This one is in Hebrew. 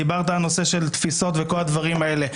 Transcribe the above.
דיברת על הנושא של תפיסות וכל הדברים האלה.